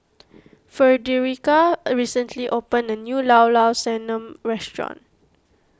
Frederica recently opened a new Llao Llao Sanum restaurant